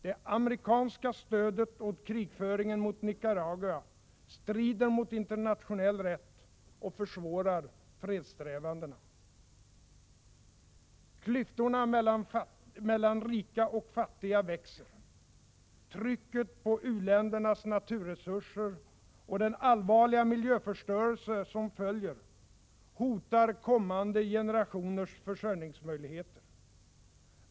Det amerikanska stödet åt krigföringen mot Nicaragua strider mot internationell rätt och försvårar fredssträvandena. Klyftorna mellan rika och fattiga växer. Trycket på u-ländernas naturresurser och den allvarliga miljöförstörelse som följer hotar kommande generationers försörjningsmöjligheter.